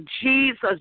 Jesus